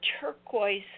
turquoise